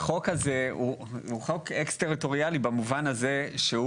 החוק הזה הוא חוק אקס טריטוריאלי במובן הזה שהוא